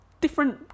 different